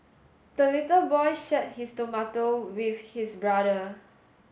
the little boy shared his tomato with his brother